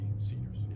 seniors